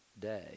day